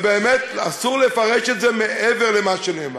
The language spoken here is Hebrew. באמת אסור לפרש את זה מעבר למה שנאמר,